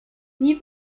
wie